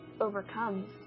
overcomes